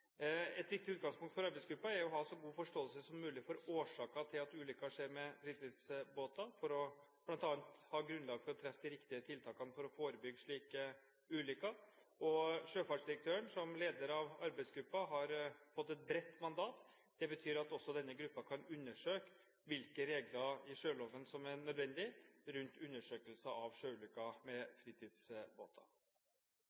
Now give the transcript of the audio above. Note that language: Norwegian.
Et viktig utgangspunkt for arbeidsgruppen er å ha så god forståelse som mulig for årsaker til at ulykker med fritidsbåter skjer, for bl.a. å ha grunnlag for å treffe de riktige tiltakene for å forebygge slike ulykker. Sjøfartsdirektøren, som leder av arbeidsgruppen, har fått et bredt mandat. Det betyr at også denne gruppen kan undersøke hvilke regler i sjøloven som er nødvendige rundt undersøkelser av sjøulykker med